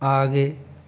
आगे